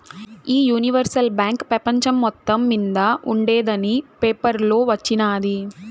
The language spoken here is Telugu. ఈ యూనివర్సల్ బాంక్ పెపంచం మొత్తం మింద ఉండేందని పేపర్లో వచిన్నాది